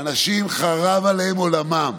אנשים, חרב עליהם עולמם.